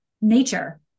nature